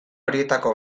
horietako